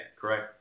correct